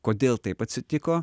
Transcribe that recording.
kodėl taip atsitiko